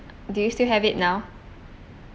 ya do you still have it now